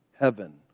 heaven